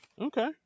okay